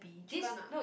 chicken ah